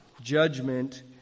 judgment